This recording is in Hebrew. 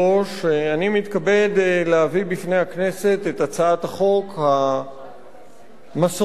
אני מתכבד להביא בפני הכנסת את הצעת החוק המסורתית שלנו,